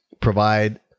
provide